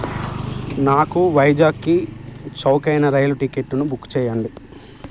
నాకు వైజాగ్కి చవకైన రైలు టిక్కెట్టును బుక్ చేయండి